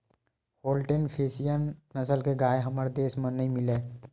Holstein Friesian नसल के गाय ह हमर देस म नइ मिलय